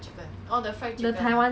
出去